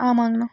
ஆமாங்கண்ணா